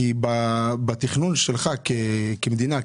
כי בתכנון שלך כמדינה,